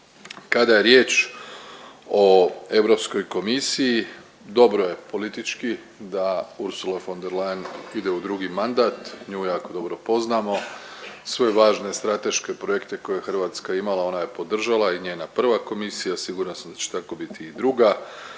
Kada je riječ o Europskoj komisiji dobro je politički da Ursula von der Leyen ide u drugi mandat, nju jako dobro poznamo, sve važne strateške projekte koje je Hrvatska imala ona je podržala i njena prva komisija, siguran sam da će tako biti i druga.